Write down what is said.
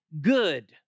good